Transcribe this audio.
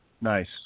Nice